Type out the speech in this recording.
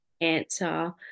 answer